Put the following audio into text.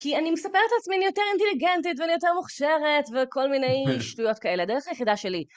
כי אני מספרת לעצמי "אני יותר אינטליגנטית ואני יותר מוכשרת" וכל מיני שטויות כאלה, דרך היחידה שלי.